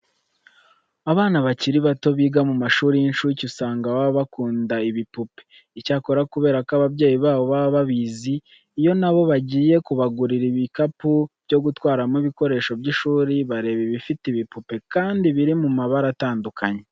Abana bakiri bato biga mu mashuri y'incuke usanga baba bakunda ibipupe. Icyakora kubera ko ababyeyi babo baba babizi, iyo na bo bagiye kubagurira ibikapu byo gutwaramo ibikoresho by'ishuri, bareba ibifite ibipupe kandi biri mu mabara atandukanye.